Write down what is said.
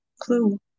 clue